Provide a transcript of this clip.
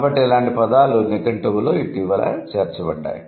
కాబట్టి ఇలాంటి పదాలు నిఘంటువులో ఇటీవల చేర్చబడ్డాయి